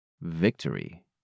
Victory